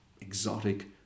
exotic